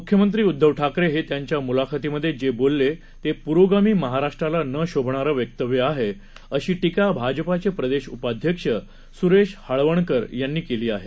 मुख्यमंत्री उदधव ठाकरे हे त्यांच्या मुलाखतीमध्ये जे बोलले ते पुरोगामी महाराष्ट्रला न शोभणारं वक्तव्य आहे अशी टीका भाजपाचे प्रदेश उपाध्यक्ष स्रेश हाळवणकर यांनी केली आहे